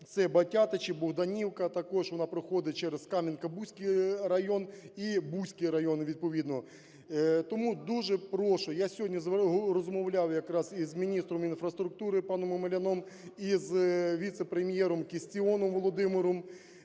це Батятичі-Богданівка, також вона проходить через Кам'янка-Бузький район і Буський район відповідно. Тому дуже прошу… Я сьогодні розмовляв якраз із міністром інфраструктури паном Омеляном і з віце-прем'єром Кістіоном Володимиром,